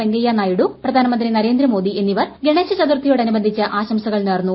വെങ്കയ്യ നായിഡു പ്രധാനമന്ത്രി നരേന്ദ്രമോദി എന്നിവർ ഗണേശ ചതുർത്ഥിയോട് അനുബന്ധിച്ച് ആശംസകൾ നേർന്നു